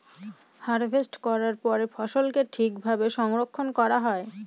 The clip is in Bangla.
হারভেস্ট করার পরে ফসলকে ঠিক ভাবে সংরক্ষন করা হয়